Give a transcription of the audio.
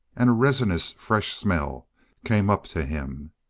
and a resinous, fresh smell came up to him.